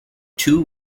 two